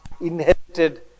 inherited